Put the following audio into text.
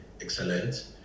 excellent